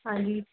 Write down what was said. ਹਾਂਜੀ